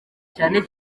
cyane